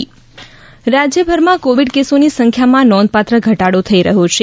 Covid case રાજયભરમાં Covid કેસોની સંખ્યામાં નોંધપાત્ર ઘટાડો થઈ રહ્યો છે